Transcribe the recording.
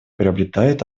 приобретает